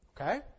Okay